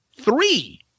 Three